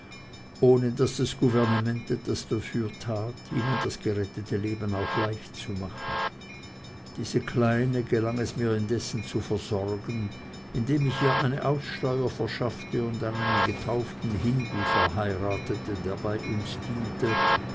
ohne daß das gouvernement etwas dafür tat ihnen das gerettete leben auch leicht zu machen diese kleine gelang es mir indessen zu versorgen indem ich ihr eine aussteuer verschaffte und an einen getauften hindu verheiratete der bei uns diente